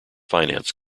finance